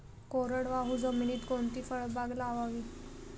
कोरडवाहू जमिनीत कोणती फळबाग लावावी?